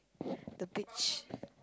the beach